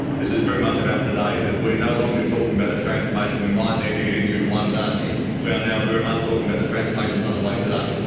this is very much about today. that we are no longer talking about a transformation we might need to get into one day, we are now very much talking about the transformations underway today.